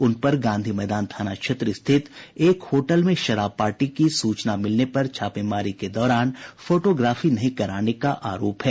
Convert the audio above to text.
उनपर गांधी मैदान थाना क्षेत्र स्थित एक होटल में शराब पार्टी की सूचना मिलने पर छापेमारी के दौरान फोटोग्राफी नहीं कराने का आरोप है